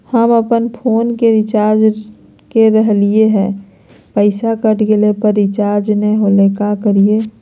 हम अपन फोन के रिचार्ज के रहलिय हल, पैसा कट गेलई, पर रिचार्ज नई होलई, का करियई?